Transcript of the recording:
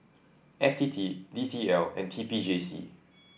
F T T D T L and T P J C